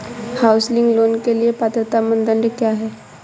Housing loan के लिए पात्रता मानदंड क्या हैं?